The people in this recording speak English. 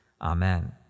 Amen